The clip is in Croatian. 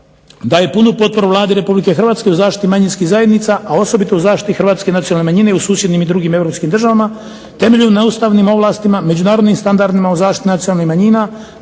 daje punu potporu Vladi RH u zaštiti manjinskih zajednica, a osobito u zaštiti hrvatske nacionalne manjine u susjednim i drugim europskim državama temeljen na ustavnim ovlastima, međunarodnim standardima u zaštiti nacionalnih manjina